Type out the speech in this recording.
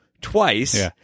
twice